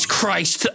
Christ